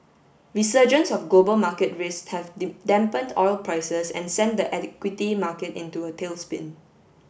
resurgence of global market risk have dampened oil prices and sent the equity market into a tailspin